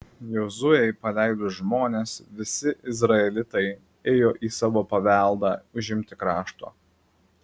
jozuei paleidus žmones visi izraelitai ėjo į savo paveldą užimti krašto